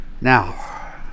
Now